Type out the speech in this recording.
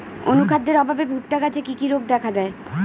অনুখাদ্যের অভাবে ভুট্টা গাছে কি কি রোগ দেখা যায়?